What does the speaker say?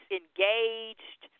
engaged